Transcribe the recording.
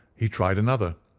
he tried another,